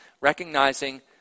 recognizing